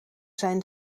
zijn